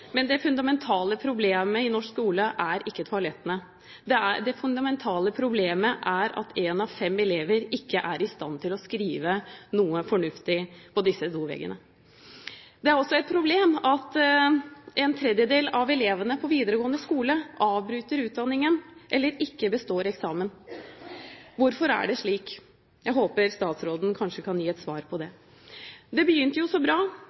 men det fundamentale problemet i norsk skole er ikke toalettene. Det fundamentale problemet er at en av fem elever ikke er i stand til å skrive noe fornuftig på disse doveggene. Det er også et problem at ⅓ av elevene på videregående skole avbryter utdanningen eller ikke består eksamen. Hvorfor er det slik? Jeg håper statsråden kanskje kan gi et svar på det. Det begynte jo så bra.